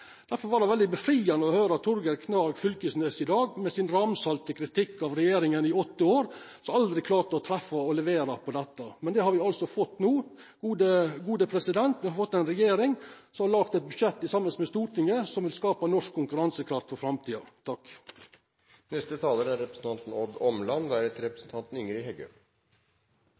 Derfor var det veldig frigjerande å høyra Torgeir Knag Fylkesnes i dag, med sin ramsalte kritikk av regjeringa i åtte år, som aldri klarte å treffa og levera på dette. Men det har vi altså fått til no. Me har fått ei regjering som har lagd eit budsjett saman med Stortinget som vil skapa norsk konkurransekraft for framtida. Fra regjeringen hører vi at store skattekutt til de aller rikeste er